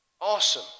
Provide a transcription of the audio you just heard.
awesome